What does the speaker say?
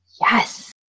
Yes